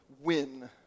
win